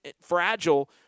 fragile